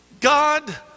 God